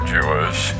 Jewish